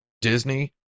Disney